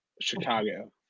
Chicago